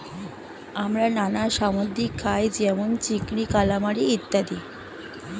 আমরা নানা সামুদ্রিক খাই যেমন চিংড়ি, কালামারী ইত্যাদি